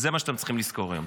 זה מה שאתם צריכים לזכור היום.